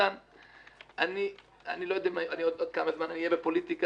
איתן אני לא יודע עוד כמה זמן אהיה בפוליטיקה